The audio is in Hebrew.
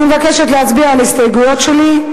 אני מבקשת להצביע על ההסתייגויות שלי,